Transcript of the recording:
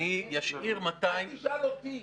אני אשאיר 200 --- אל תשאל אותי.